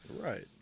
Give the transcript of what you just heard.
Right